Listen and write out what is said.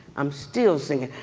i'm still singing,